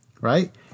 right